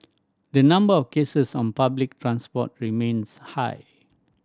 the number of cases on public transport remains high